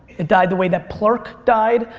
it died the way that plurk died.